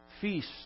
feast